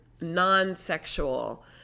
non-sexual